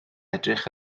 edrych